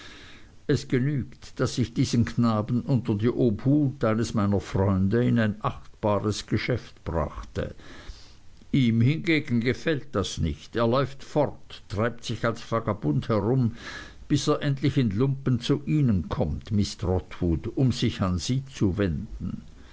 es genügt daß ich diesen knaben unter die obhut eines meiner freunde in ein achtbares geschäft brachte ihm hingegen gefällt das nicht er läuft fort treibt sich als vagabund herum bis er endlich in lumpen zu ihnen kommt miß trotwood um sich an sie zu wenden